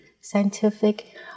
scientific